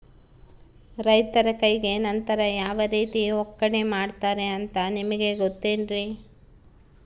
ರೈತರ ಕೈಗೆ ನಂತರ ಯಾವ ರೇತಿ ಒಕ್ಕಣೆ ಮಾಡ್ತಾರೆ ಅಂತ ನಿಮಗೆ ಗೊತ್ತೇನ್ರಿ?